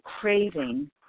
craving